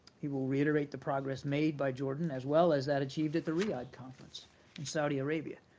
he will reiterate the progress made by jordan as well as that achieved at the riyadh conference in saudi arabia.